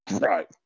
Right